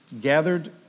gathered